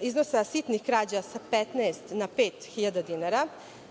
iznosa sitnih krađa sa 15.000 na 5.000 dinara.